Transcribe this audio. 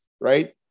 right